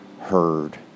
heard